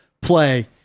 play